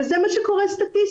וזהמה שקורה סטטיסטית,